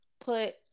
put